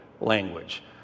language